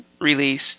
Release